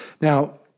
Now